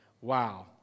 Wow